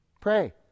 Pray